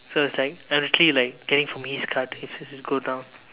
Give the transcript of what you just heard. so it's like I'm literally like getting from his card when it goes down